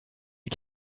die